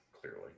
clearly